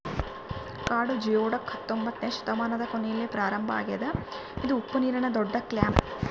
ಕಾಡು ಜಿಯೊಡಕ್ ಹತ್ತೊಂಬೊತ್ನೆ ಶತಮಾನದ ಕೊನೆಯಲ್ಲಿ ಪ್ರಾರಂಭ ಆಗ್ಯದ ಇದು ಉಪ್ಪುನೀರಿನ ದೊಡ್ಡಕ್ಲ್ಯಾಮ್